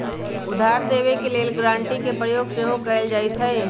उधार देबऐ के लेल गराँटी के प्रयोग सेहो कएल जाइत हइ